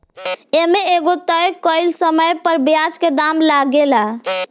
ए में एगो तय कइल समय पर ब्याज के दाम लागेला